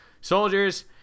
Soldiers